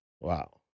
Wow